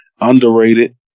underrated